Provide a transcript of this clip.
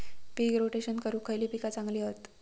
पीक rotation करूक खयली पीका चांगली हत?